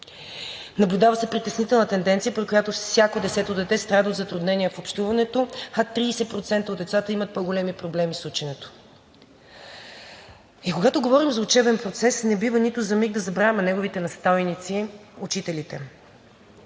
Наблюдава се притеснителна тенденция, при която всяко десето дете страда от затруднение в общуването, а 30% от децата имат по големи проблеми с ученето. И когато говорим за учебен процес, не бива нито за миг да забравяме неговите настойници учителите.